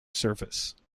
surface